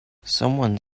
someone